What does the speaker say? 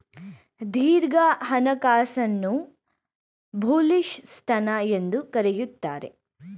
ದೀರ್ಘ ಹಣಕಾಸನ್ನು ಬುಲಿಶ್ ಸ್ಥಾನ ಎಂದು ಕರೆಯುತ್ತಾರೆ